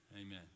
amen